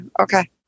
okay